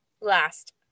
Last